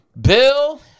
Bill –